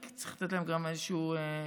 כי צריך לתת להם גם איזשהו גזר,